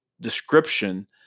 description